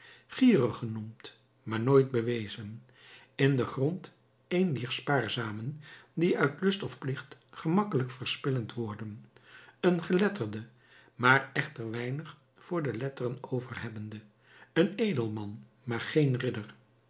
gierig genoemd maar nooit bewezen in den grond een dier spaarzamen die uit lust of plicht gemakkelijk verspillend worden een geletterde maar echter weinig voor de letteren over hebbende een edelman maar geen ridder